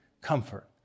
COMFORT